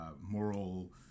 moral